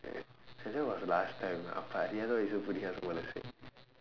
ya that was last time அப்ப அறியாத வயசு புரியாத மனசு:appa ariyaatha vayasu puriyaatha manasu